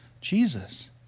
Jesus